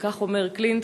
כך אומר קלינטון,